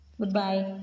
Goodbye